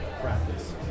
practice